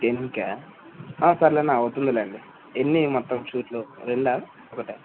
పెళ్ళికా సర్లే అన్న అవుతుంది లేండి ఎన్ని మొత్తం సూట్లు రెండా ఒకటా